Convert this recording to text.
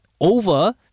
over